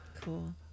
Cool